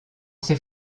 ses